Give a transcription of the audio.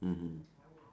mmhmm